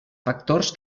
factors